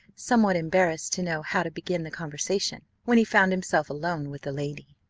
somewhat embarrassed to know how to begin the conversation, when he found himself alone with the lady.